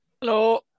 Hello